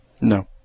No